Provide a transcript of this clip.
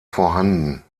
vorhanden